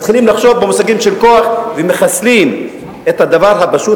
מתחילים לחשוב במושגים של כוח ומחסלים את הדבר הפשוט